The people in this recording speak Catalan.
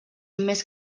més